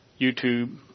YouTube